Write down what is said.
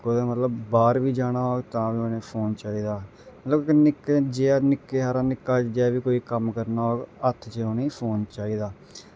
कुदै मतलब बाह्र बी जाना होग तां बी उ'नेंगी फोन चाहिदा मतलब निक्का जेहा निक्का हारा निक्का जेह् बी कोई कम्म करना होग हत्थ च उ'नेंगी फोन चाहिदा